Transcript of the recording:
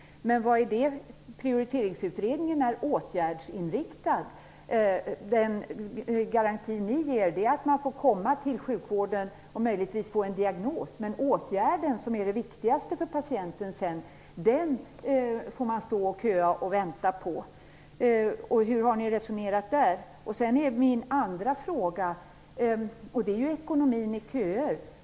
Den utredningen är åtgärdsinriktad, medan den garanti ni ger är att man får komma till sjukvården och möjligtvis få en diagnos. Men åtgärden, som är det viktigaste för patienten, får man köa för att få. Hur har ni resonerat kring det? Jag undrar också om det ekonomiska i köer.